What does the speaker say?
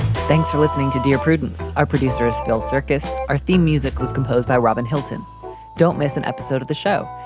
thanks for listening to dear prudence. our producer is phil circus. our theme music was composed by robin hilton don't miss an episode of the show.